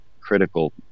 critical